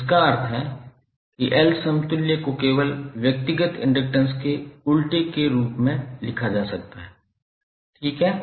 इसका अर्थ है कि L समतुल्य को केवल व्यक्तिगत इंडक्टैंस के उल्टे के योग के रूप में लिखा जा सकता है ठीक है